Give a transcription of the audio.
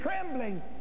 trembling